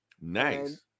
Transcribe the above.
nice